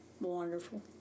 wonderful